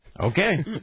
Okay